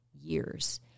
years